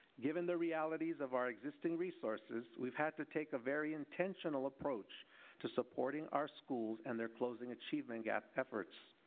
given the realities of our exists resources, we've had to take a very intentional approach to supporting our schools and their closing achievement gap efforts.